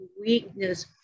weakness